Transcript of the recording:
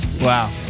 Wow